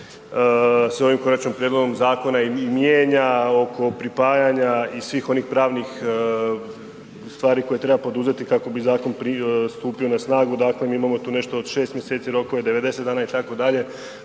se ovim konačnim prijedlogom zakona i mijenja, oko pripajanja i svih onih pravnih stvari koje treba poduzeti kako bi zakon stupio na snagu. Dakle, mi imamo tu nešto od 6 mjeseci rokove, 90 dana itd., pa